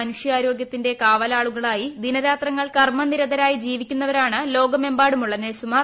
മനുഷ്യാരോഗ്യത്തിന്റെ കാവലാളുകളായി ദിനരാത്രങ്ങൾ കർമ്മനിരതരായി ജീവിക്കുന്നവരാണ് ലോകമെമ്പാടുമുള്ള നെഴ്സുമാർ